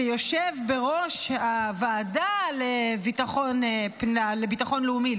שיושב בראש הוועדה לביטחון לאומי,